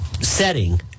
setting